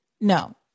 no